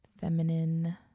feminine